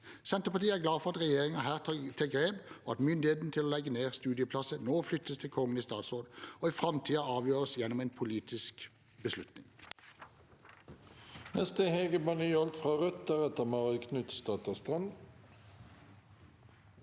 Senterpartiet er glad for at regjeringen her tar grep, og at myndigheten til å legge ned studieplasser nå flyttes til Kongen i statsråd og i framtiden avgjøres gjennom en politisk beslutning.